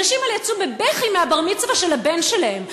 הנשים האלה יצאו בבכי מהבר-מצווה של הבן שלהן.